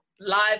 live